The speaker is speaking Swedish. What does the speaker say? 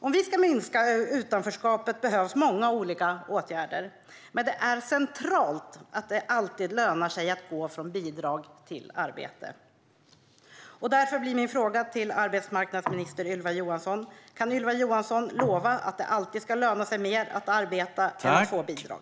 Om vi ska minska utanförskapet behövs många olika åtgärder, men det är centralt att det alltid lönar sig att gå från bidrag till arbete. Därför blir min fråga till arbetsmarknadsminister Ylva Johansson: Kan du lova att det alltid ska löna sig mer att arbeta än att få bidrag?